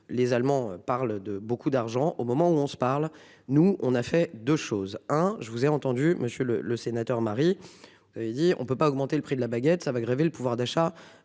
Les Allemands parlent de beaucoup d'argent au moment où on se parle, nous on a fait de choses hein, je vous ai entendu Monsieur le le sénateur Marie. Il dit on ne peut pas augmenter le prix de la baguette, ça va grever le pouvoir d'achat.